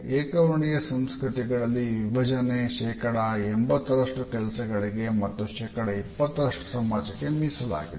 ಏಕವರ್ಣೀಯ ಸಂಸ್ಕೃತಿಗಳಲ್ಲಿ ಈ ವಿಭಜನೆ ಶೇಕಡಾ 80ರಷ್ಟು ಕೆಲಸಗಳಿಗೆ ಮತ್ತು ಶೇಕಡ 20ರಷ್ಟು ಸಮಾಜಕ್ಕೆ ಮೀಸಲಾಗಿದೆ